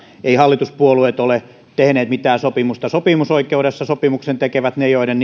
eivät hallituspuolueet ole tehneet mitään sopimusta sopimusoikeudessa sopimuksen tekevät ne joiden